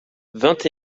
vingt